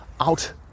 out